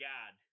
God